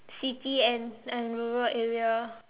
city and and rural area